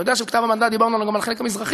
אתה יודע שבכתב המנדט דיברנו גם על החלק המזרחי,